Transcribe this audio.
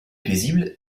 paisible